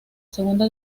segunda